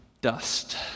dust